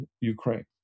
Ukraine